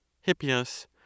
Hippias